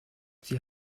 sie